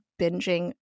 binging